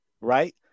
right